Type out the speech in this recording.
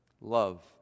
love